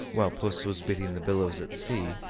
while puss was beating the billows at sea,